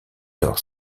lors